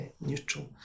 neutral